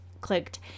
clicked